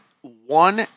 one